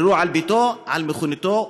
ירו על ביתו ועל מכוניתו.